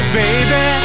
baby